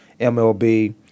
MLB